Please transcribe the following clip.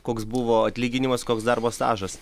koks buvo atlyginimas koks darbo stažas